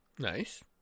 Nice